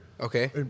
Okay